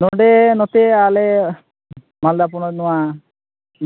ᱱᱚᱸᱰᱮ ᱱᱚᱛᱮ ᱟᱞᱮ ᱢᱟᱞᱫᱟ ᱯᱚᱱᱚᱛ ᱱᱚᱣᱟ